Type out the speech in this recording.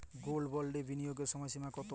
Gold বন্ডে বিনিয়োগের সময়সীমা কতো?